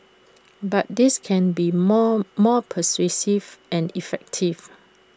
but this can be more more pervasive and effective